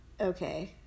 okay